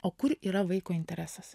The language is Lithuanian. o kur yra vaiko interesas